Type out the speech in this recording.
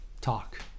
talk